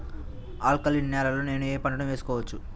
Alkaline నేలలో నేనూ ఏ పంటను వేసుకోవచ్చు?